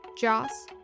Joss